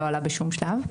לא עלה בשום שלב.